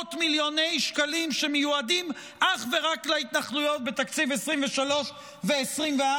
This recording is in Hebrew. למאות מיליוני שקלים שמיועדים אך ורק להתנחלויות בתקציב 2023 ו-2024.